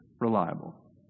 reliable